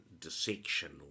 dissection